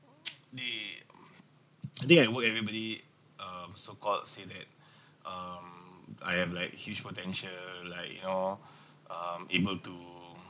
the I think at work everybody um so called said that um I am like huge potential like you know um able to to